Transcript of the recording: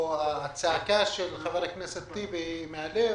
הצעקה של חבר הכנסת טיבי היא מהלב,